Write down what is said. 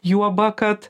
juoba kad